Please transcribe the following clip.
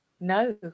no